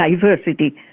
diversity